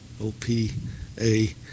OPA